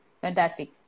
fantastic